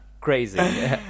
crazy